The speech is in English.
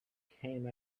came